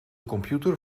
computer